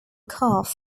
calf